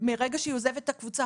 מרגע שהיא עוזבת את הקבוצה,